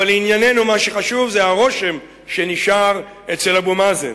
אבל לענייננו מה שחשוב הוא הרושם שנשאר אצל אבו מאזן.